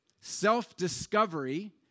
Self-discovery